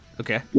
Okay